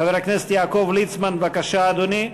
חבר הכנסת יעקב ליצמן, בבקשה, אדוני.